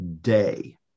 day